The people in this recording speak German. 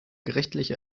gerichtliche